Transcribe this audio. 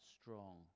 strong